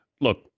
Look